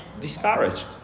discouraged